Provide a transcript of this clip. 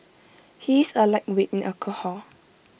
he is A lightweight in alcohol